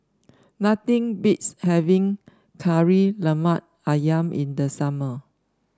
nothing beats having Kari Lemak ayam in the summer